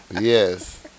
Yes